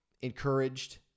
encouraged